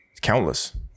countless